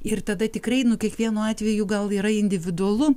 ir tada tikrai nu kiekvienu atveju gal yra individualu